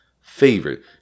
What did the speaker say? favorite